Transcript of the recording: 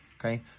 Okay